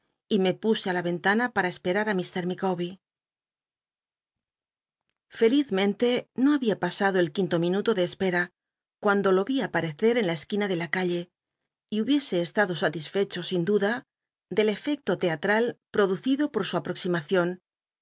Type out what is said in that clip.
y me puse á la ventana para espel'ar á ii lica'ber felizmente no babia pasado el quint o minuto de espera cuando lo aparecc en la esquina de la calle y hubiese estado satisfecho sin duda del efecto leatml producido por su aproximaci